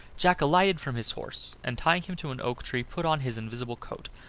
jack alighted from his horse, and tying him to an oak tree, put on his invisible coat,